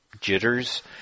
jitters